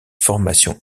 formations